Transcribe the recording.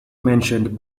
mentioned